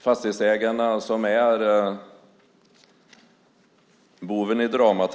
Fastighetsägarna är boven i dramat.